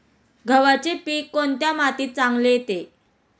गव्हाचे पीक कोणत्या मातीत चांगले येते?